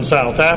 South